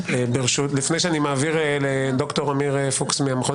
לפני שאני מעביר לד"ר עמיר פוקס מהמכון